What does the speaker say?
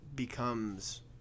Becomes